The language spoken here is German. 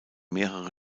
mehrere